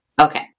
Okay